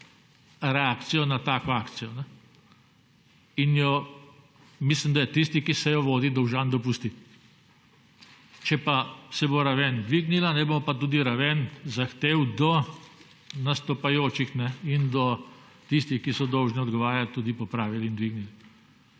reakcijo na tako akcijo in mislim, da jo je tisti, ki sejo vodi, dolžan dopustiti. Če se bo raven dvignila, se bo pa tudi raven zahtev do nastopajočih in do tistih, ki so dolžni odgovarjati, popravila in dvignila.